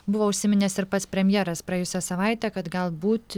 buvo užsiminęs ir pats premjeras praėjusią savaitę kad galbūt